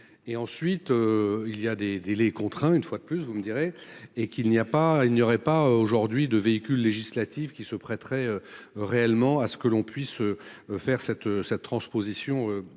Et ensuite. Il y a des délais contraints une fois de plus, vous me direz, et qu'il n'y a pas il n'y aurait pas aujourd'hui de véhicule législatif qui se prêteraient réellement à ce que l'on puisse. Faire cette cette transposition